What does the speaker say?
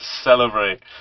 celebrate